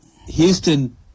Houston